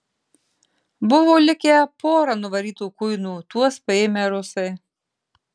buvo likę pora nuvarytų kuinų tuos paėmę rusai